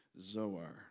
Zoar